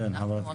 היושב-ראש,